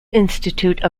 institute